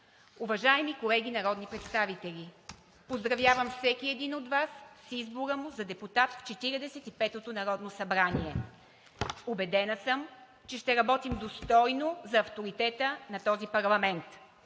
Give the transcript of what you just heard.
Уважаеми колеги народни представители, поздравявам всеки един от Вас с избора му за депутат в Четиридесет и петото народно събрание. Убедена съм, че ще работим достойно за авторитета на този парламент.